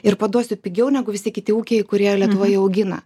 ir paduosiu pigiau negu visi kiti ūkiai kurie lietuvoj augina